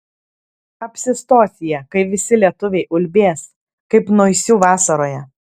apsistos jie kai visi lietuviai ulbės kaip naisių vasaroje